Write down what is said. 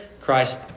Christ